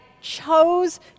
chose